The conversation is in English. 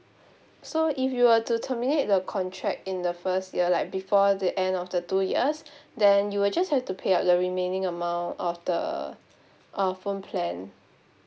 so if you were to terminate the contract in the first year like before the end of the two years then you will just have to pay up the remaining amount of the uh phone plan